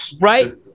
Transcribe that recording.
Right